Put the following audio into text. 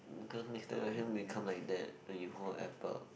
girl next time your hand become like that when you hold a Apple